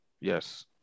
Yes